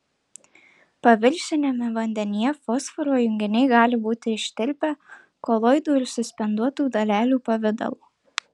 paviršiniame vandenyje fosforo junginiai gali būti ištirpę koloidų ir suspenduotų dalelių pavidalo